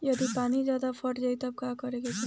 यदि पानी ज्यादा पट जायी तब का करे के चाही?